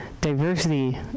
diversity